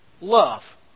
Love